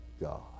God